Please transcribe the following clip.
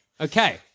okay